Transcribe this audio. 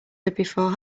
before